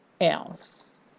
else